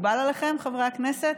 מקובל עליכם, חברי הכנסת?